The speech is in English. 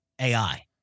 AI